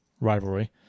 rivalry